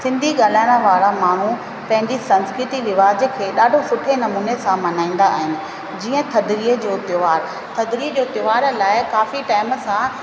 सिंधी ॻाल्हाइण वारा माण्हू पंहिंजी संस्कृति रिवाज खे ॾाढे सुठे नमूने सां मल्हाईंदा आहिनि जीअं थधिड़ी जो त्योहार थधिड़ी जो त्योहार लाइ काफ़ी टाईंम सां